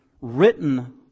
written